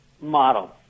model